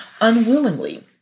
unwillingly